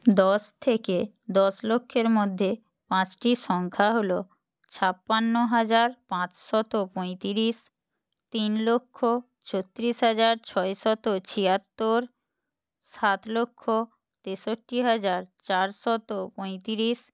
দশ থেকে দশ লক্ষের মধ্যে পাঁচটি সংখ্যা হল ছাপ্পান্ন হাজার পাঁচশত পঁয়ত্রিশ তিন লক্ষ ছত্রিশ হাজার ছয়শত ছিয়াত্তর সাত লক্ষ তেষট্টি হাজার চারশত পঁয়ত্রিশ